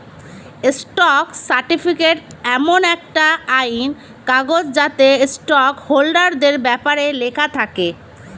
stock certificate এমন একটা আইনি কাগজ যাতে স্টক হোল্ডারদের ব্যপারে লেখা থাকে